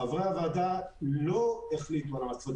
חברי הוועדה לא החליטו על ההמלצות,